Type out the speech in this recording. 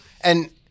And-